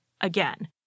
again